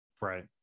right